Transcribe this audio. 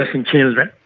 like in children.